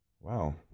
Wow